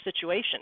situation